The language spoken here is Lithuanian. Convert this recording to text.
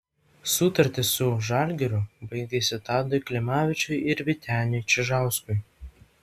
sutartys su žalgiriu baigėsi tadui klimavičiui ir vyteniui čižauskui